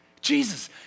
Jesus